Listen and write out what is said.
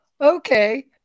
okay